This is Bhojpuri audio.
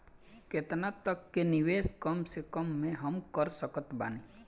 केतना तक के निवेश कम से कम मे हम कर सकत बानी?